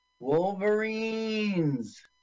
Wolverines